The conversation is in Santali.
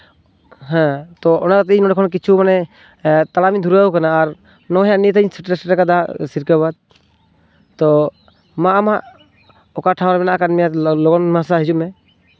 ᱦᱮᱸ ᱛᱚ ᱚᱱᱟᱛᱮ ᱤᱧ ᱱᱚᱸᱰᱮ ᱠᱷᱚᱱ ᱠᱤᱪᱷᱩ ᱢᱟᱱᱮ ᱦᱮᱸ ᱛᱟᱲᱟᱢᱤᱧ ᱫᱷᱩᱨᱟᱹᱣ ᱟᱠᱟᱱᱟ ᱟᱨ ᱱᱚᱜᱼᱚᱭ ᱦᱟᱸᱜ ᱱᱤᱛᱟᱹᱧ ᱥᱮᱴᱮᱨ ᱥᱮᱴᱮᱨ ᱟᱠᱟᱫᱟ ᱥᱤᱨᱠᱟᱹᱵᱟᱫ ᱛᱳ ᱢᱟ ᱟᱢᱟᱜ ᱚᱠᱟ ᱴᱷᱟᱶᱨᱮ ᱢᱮᱱᱟᱜ ᱟᱠᱟᱫ ᱢᱮᱭᱟ ᱞᱚᱜᱚᱱ ᱢᱟᱪᱷᱟ ᱦᱤᱡᱩᱜ ᱢᱮ